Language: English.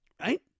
right